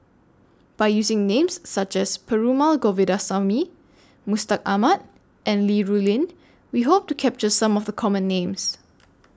By using Names such as Perumal Govindaswamy Mustaq Ahmad and Li Rulin We Hope to capture Some of The Common Names